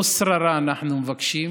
לא שררה אנחנו מבקשים